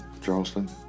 Charleston